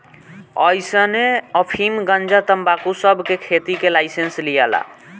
अइसने अफीम, गंजा, तंबाकू सब के खेती के लाइसेंस लियाला